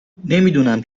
نمیدونم